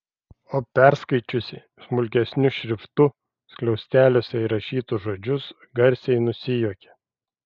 o perskaičiusi smulkesniu šriftu skliausteliuose įrašytus žodžius garsiai nusijuokė